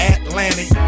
Atlantic